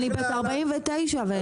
אני בת 49, אין לי